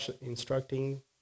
instructing